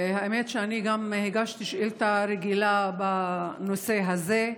האמת שאני גם הגשתי שאלה רגילה בנושא הזה,